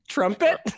Trumpet